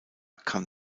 kann